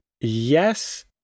Yes